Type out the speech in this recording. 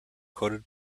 quoted